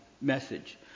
message